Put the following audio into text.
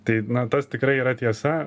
tai na tas tikrai yra tiesa